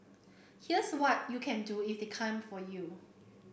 here's what you can do if they came for you